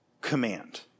command